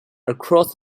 across